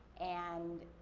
and,